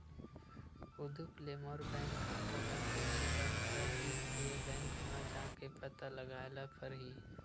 उदुप ले मोर बैंक खाता ल कइसे बंद कर दिस ते, बैंक म जाके पता लगाए ल परही